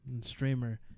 streamer